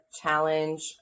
challenge